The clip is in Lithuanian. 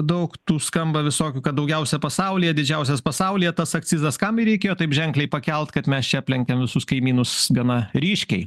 daug tų skamba visokių kad daugiausia pasaulyje didžiausias pasaulyje tas akcizas kam jį reikėjo taip ženkliai pakelt kad mes čia aplenkėm visus kaimynus gana ryškiai